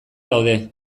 daude